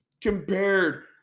compared